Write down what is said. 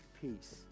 peace